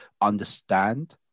understand